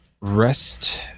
rest